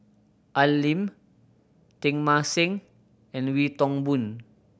Al Lim Teng Mah Seng and Wee Toon Boon